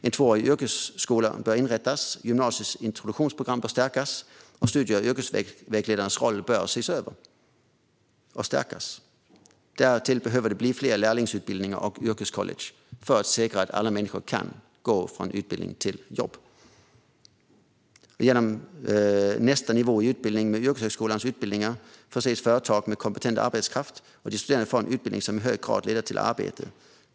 En tvåårig yrkesskola bör inrättas, gymnasiets introduktionsprogram bör stärkas och studie och yrkesvägledarnas roll bör ses över och stärkas. Därtill behöver det bli fler lärlingsutbildningar och yrkescollege för att säkra att alla människor kan gå från utbildning till jobb. Genom nästa utbildningsnivå, yrkeshögskolans utbildningar, förses företag med kompetent arbetskraft, och de studerande får en utbildning som i hög grad leder till arbete.